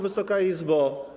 Wysoka Izbo!